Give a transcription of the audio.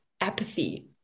apathy